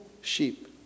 sheep